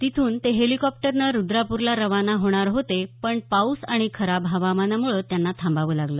तिथून ते हेलीकॉप्टरनं रुद्रपूरला रवाना होणार होते पण पाऊस आणि खराब हवामानामुळं त्यांना थाबावं लागलं